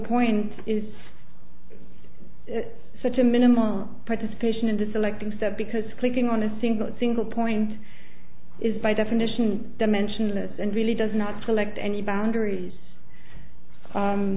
point is such a minimal participation in the selecting set because clicking on a single single point is by definition dimensionless and really does not select any boundaries